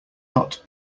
not